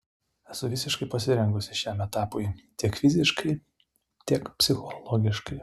esu visiškai pasirengusi šiam etapui tiek fiziškai tiek psichologiškai